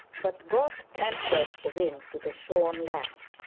but god tempers the wind to the shorn lamb.